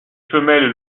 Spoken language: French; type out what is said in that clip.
femelles